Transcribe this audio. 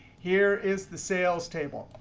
here is the sales table.